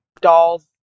doll's